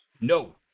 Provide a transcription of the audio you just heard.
No